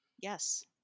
yes